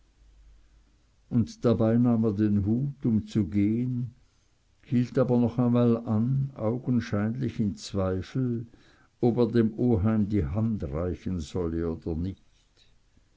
und dabei nahm er den hut um zu gehen hielt aber noch einmal an augenscheinlich in zweifel ob er dem oheim die hand reichen solle oder nicht